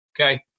Okay